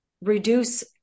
reduce